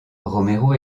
romero